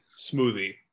smoothie